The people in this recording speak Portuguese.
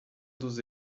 dos